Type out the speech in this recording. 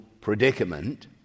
predicament—